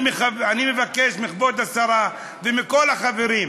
אני מבקש מכבוד השרה ומכל החברים: